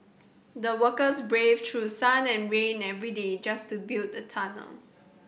the workers braved through sun and rain every day just to build the tunnel